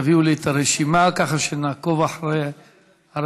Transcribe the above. תביאו לי את הרשימה, כך שנעקוב אחר הרשימה.